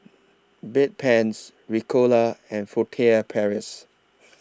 Bedpans Ricola and Furtere Paris